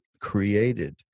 created